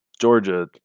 Georgia